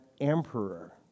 emperor